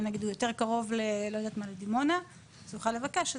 אם נגיד הוא יותר קרוב לדימונה הוא יוכל לבקש,